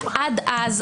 עד אז,